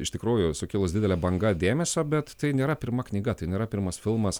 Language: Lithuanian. iš tikrųjų sukilus didelė banga dėmesio bet tai nėra pirma knyga tai nėra pirmas filmas